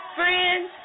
friends